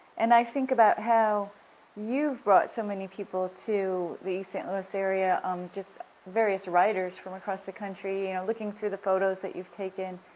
and i think about how you've brought so many people to the east st. louis area, um just various writers from across the country, you know, looking through the photos that you've taken,